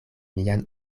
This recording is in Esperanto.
mian